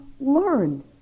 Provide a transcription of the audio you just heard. learn